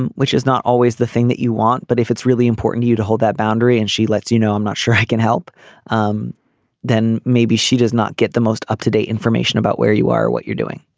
and which is not always the thing that you want but if it's really important to you to hold that boundary and she lets you know i'm not sure i can help you um then maybe she does not get the most up to date information about where you are or what you're doing.